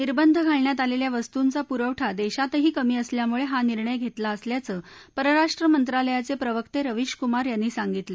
निर्बंध घालण्यात आलेल्या वस्तूंचा पुरवठा देशातही कमी असल्यामुळे हा निर्णय घेतला असल्याचं परराष्ट्र मंत्रालयाचे प्रवक्ते रविश कुमार यांनी सांगितलं